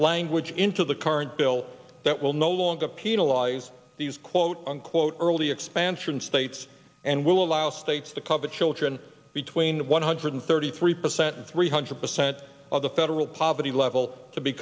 language into the current bill that will no longer penalize these quote unquote early expansion states and will allow states to cover children between one hundred thirty three percent and three hundred percent of the federal poverty level to be